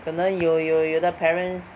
可能有有有的 parents